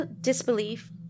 disbelief